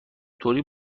طوری